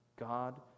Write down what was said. God